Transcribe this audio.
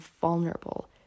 vulnerable